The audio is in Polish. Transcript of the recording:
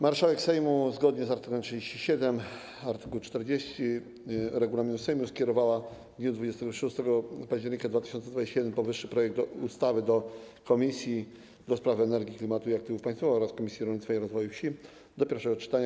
Marszałek Sejmu, zgodnie z art. 37 i art. 40 regulaminu Sejmu, skierowała w dniu 26 października 2021 r. powyższy projekt ustawy do Komisji do Spraw Energii, Klimatu i Aktywów Państwowych oraz Komisji Rolnictwa i Rozwoju Wsi do pierwszego czytania.